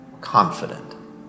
confident